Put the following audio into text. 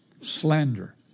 slander